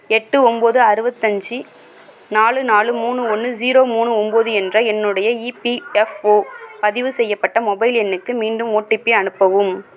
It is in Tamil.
எட்டு ஒம்போது அறுபத்தஞ்சி நாலு நாலு மூணு ஒன்று ஜீரோ மூணு ஒம்போது என்ற என்னுடைய இபிஎஃப்ஓ பதிவு செய்யப்பட்ட மொபைல் எண்ணுக்கு மீண்டும் ஓடிபி அனுப்பவும்